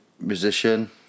musician